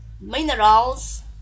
minerals